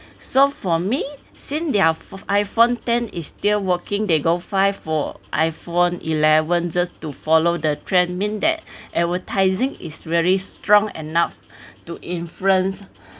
so for me since their iphone ten is still working they go find for iphone eleven just to follow the trend mean that advertising is very strong enough to influence